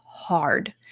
Hard